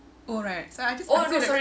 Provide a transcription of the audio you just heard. oh right so I'd just